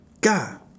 God